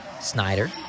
Snyder